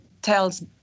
tells